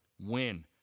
Win